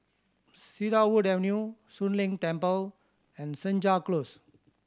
Cedarwood Avenue Soon Leng Temple and Senja Close